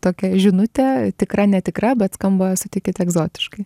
tokia žinutė tikra netikra bet skamba sutikit egzotiškai